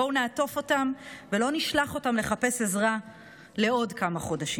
בואו נעטוף אותם ולא נשלח אותם לחפש עזרה לעוד כמה חודשים.